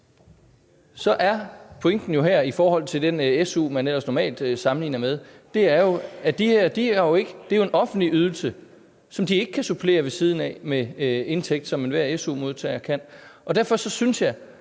er pointen her jo i forhold til den SU, man ellers normalt sammenligner med, at det her jo er en offentlig ydelse, som de ikke kan supplere ved siden af med en indtægt, som enhver SU-modtager kan. Derfor synes jeg,